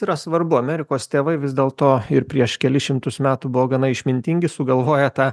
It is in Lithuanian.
yra svarbu amerikos tėvai vis dėl to ir prieš kelis šimtus metų buvo gana išmintingi sugalvojo tą